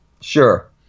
Sure